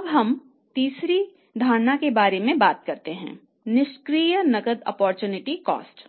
अब हम तीसरे धारणा के बारे में बात करते हैं निष्क्रिय नकद ओप्पोरचुनिटी कॉस्ट